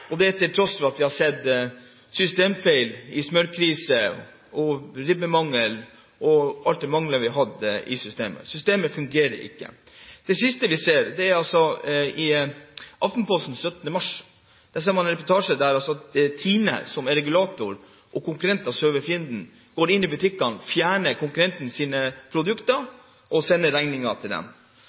og det til tross for at vi har sett systemfeil med smørkrise og ribbemangel – mangler vi har hatt i systemet. Systemet fungerer ikke. Det siste vi ser, er en reportasje i Aftenposten 17. mars, der TINE, som er regulator og konkurrent til Synnøve Finden, går inn i butikkene og fjerner konkurrentens produkter og sender dem regningen. Da sier Leif Forsell, departementsråd i Landbruks- og matdepartementet, at TINE ikke har mulighet til